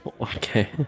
okay